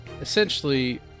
essentially